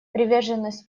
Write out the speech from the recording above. приверженность